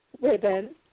ribbon